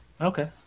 okay